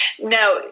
Now